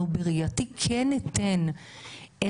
מציינים פה כל כך מעניין.